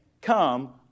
come